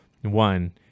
one